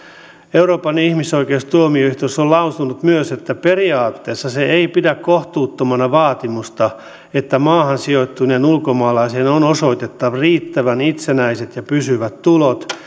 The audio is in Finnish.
euroopan ihmisoikeustuomioistuin on lausunut myös että periaatteessa se ei pidä kohtuuttomana vaatimusta että maahan sijoittuneen ulkomaalaisen on osoitettava riittävän itsenäiset ja pysyvät tulot